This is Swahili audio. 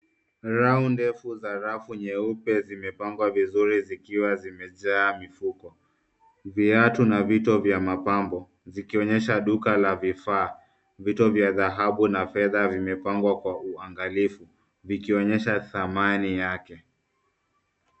Rafu ndefu za rafu nyeupe zimepangwa vizuri zikiwa zimejaa mifuko, viatu na vito vya mapambo zikionyesha duka la vifaa vito vya dhahabu na fedha vimepangwa kwa uangalifu vikionyesha thamani yake.